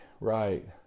Right